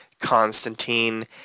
Constantine